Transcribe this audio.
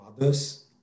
others